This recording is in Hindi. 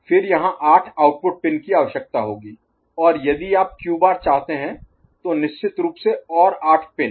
फिर यहां आठ आउटपुट पिन की आवश्यकता होगी और यदि आप क्यू बार Q' चाहते हैं तो निश्चित रूप से और आठ पिन